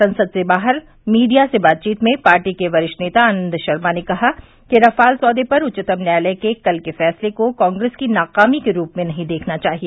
संसद से बाहर मीडिया से बातचीत में पार्टी के वरिष्ठ नेता आनंद शर्मा ने कहा कि राफाल सौदे पर उच्चतम न्यायालय के कल के फैसले को कांग्रेस की नाकामी के रूप में नहीं देखना चाहिए